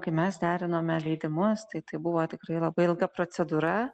kai mes derinome leidimus tai tai buvo tikrai labai ilga procedūra